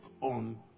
on